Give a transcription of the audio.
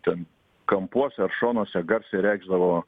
ten kampuose ar šonuose garsiai reikšdavo